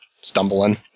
stumbling